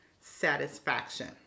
satisfaction